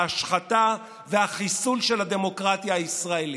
ההשחתה והחיסול של הדמוקרטיה הישראלית.